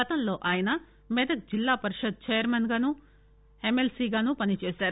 గతంలో ఆయన మెదక్ జిల్లాపరిషత్ చైర్మన్ గానూ ఎమ్మె ల్పీ గానూ పనిచేశారు